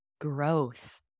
growth